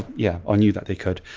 yeah, or knew that they could.